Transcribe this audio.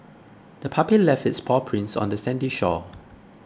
the puppy left its paw prints on the sandy shore